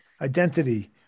identity